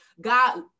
God